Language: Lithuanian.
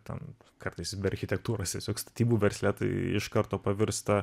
ten kartais be architektūros tiesiog statybų versle tai iš karto pavirsta